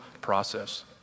process